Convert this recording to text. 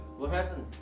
what happened?